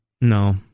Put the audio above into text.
No